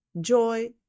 joy